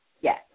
yes